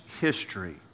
history